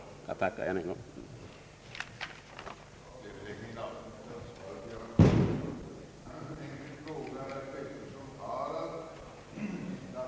Jag tackar än en gång för svaret.